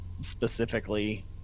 specifically